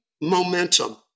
Momentum